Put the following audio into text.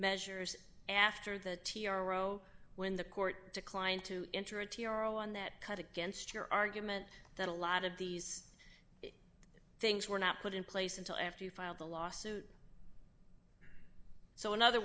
measures after the t r o when the court declined to enter a t r o on that cut against your argument that a lot of these things were not put in place until after you filed the lawsuit so in other